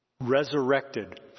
Resurrected